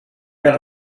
going